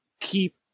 keep